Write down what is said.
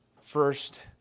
First